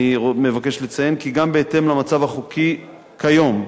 אני מבקש לציין שגם בהתאם למצב החוקי כיום,